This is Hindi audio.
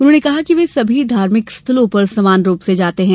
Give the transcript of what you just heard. उन्होंने कहा कि वे सभी धार्मिक स्थलों पर समान रूप से जाते हैं